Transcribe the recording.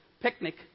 picnic